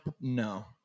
no